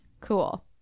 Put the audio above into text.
Cool